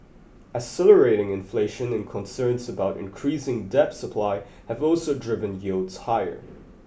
accelerating inflation and concerns about increasing debt supply have also driven yields higher